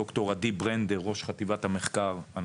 ד"ר עדי ברנדר ראש חטיבת המחקר,